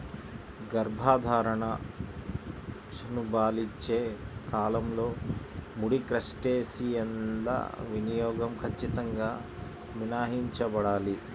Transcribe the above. గర్భధారణ, చనుబాలిచ్చే కాలంలో ముడి క్రస్టేసియన్ల వినియోగం ఖచ్చితంగా మినహాయించబడాలి